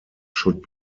should